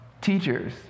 teachers